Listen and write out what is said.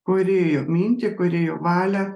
kūrėjo mintį kūrėjo valią